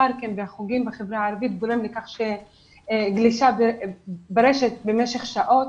הפארקים והחוגים בחברה הערבית גורמים לכך שגלישה ברשת במשך שעות